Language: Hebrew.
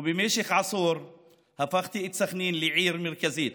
ובמשך עשור הפכתי את סח'נין לעיר מרכזית